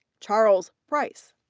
charles price.